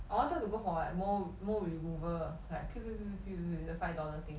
I wanted to go for like mole mole remover like then five dollar thing